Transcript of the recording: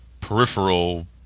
peripheral